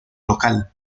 local